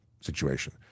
situation